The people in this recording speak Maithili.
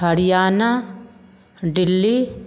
हरियाणा दिल्ली